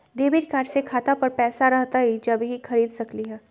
Debit card से खाता पर पैसा रहतई जब ही खरीद सकली ह?